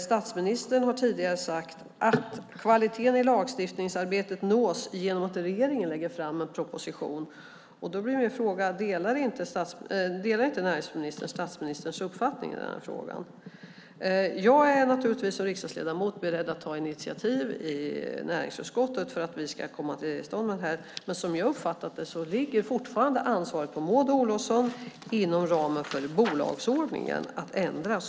Statsministern har tidigare sagt att kvaliteten i lagstiftningsarbetet nås genom att regeringen lägger fram en proposition. Min fråga blir: Delar inte näringsministern statsministerns uppfattning i frågan? Jag är som riksdagsledamot beredd att ta initiativ i näringsutskottet för att vi ska få en lagstiftning till stånd. Men som jag uppfattar det ligger fortfarande ansvaret på Maud Olofsson att bolagsordningen ändras.